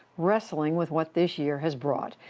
wrestling with what this year has brought.